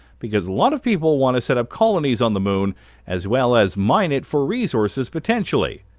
because a lot of people want to set up colonies on the moon as well as mine it for resources potentially.